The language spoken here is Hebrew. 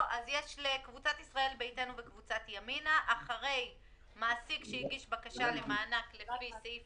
קבוצת ישראל ביתנו וקבוצת ימינה: אחרי "מעסיק שהגיש בקשה למענק לפי סעיף